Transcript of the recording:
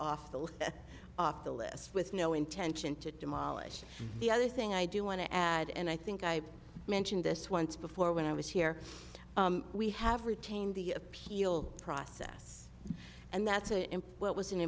lid off the list with no intention to demolish the other thing i do want to add and i think i've mentioned this once before when i was here we have retained the appeal process and that's why in what was an